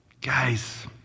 guys